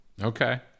Okay